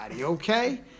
okay